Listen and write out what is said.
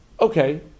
Okay